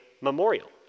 memorial